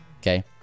Okay